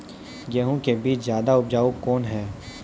गेहूँ के बीज ज्यादा उपजाऊ कौन है?